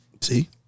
see